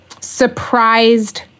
surprised